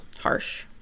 harsh